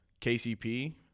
KCP